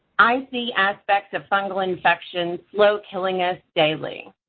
i see aspects of fungal infections slow killing us daily.